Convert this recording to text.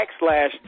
backslash